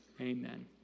Amen